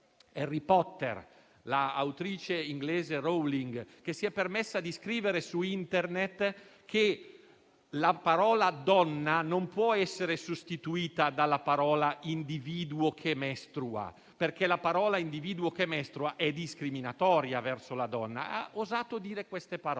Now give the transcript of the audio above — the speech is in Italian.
Harry Potter, l'autrice inglese Rowling, che si è permessa di scrivere su Internet che la parola «donna» non può essere sostituita dalla definizione «individuo che mestrua», perché quell'espressione è discriminatoria verso la donna. Ha osato dire queste parole.